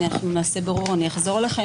אנחנו נעשה בירור, אחזור אליכם.